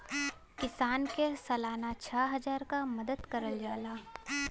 किसान के सालाना छः हजार क मदद करल जाला